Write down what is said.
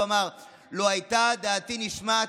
הוא אמר: "לו הייתה דעתי נשמעת,